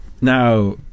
Now